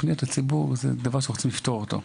פניות הציבור, זה דבר שרוצים לפתור אותו.